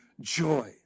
joy